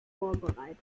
vorbereitet